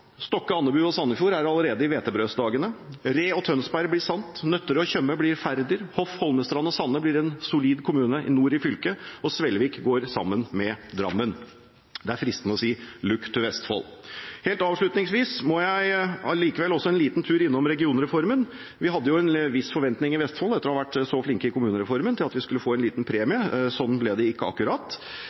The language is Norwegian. Stokke, Andebu og Sandefjord er allerede i hvetebrødsdagene. Re og Tønsberg blir sant. Nøtterøy og Tjøme blir Færder. Hoff, Holmestrand og Sande blir en solid kommune nord i fylket, og Svelvik går sammen med Drammen. Det er fristende å si: Look to Vestfold. Helt avslutningsvis må jeg også en liten tur innom regionreformen. Vi hadde jo en viss forventning i Vestfold, etter å ha vært så flinke i kommunereformen, om at vi skulle få en liten premie. Sånn ble det ikke akkurat.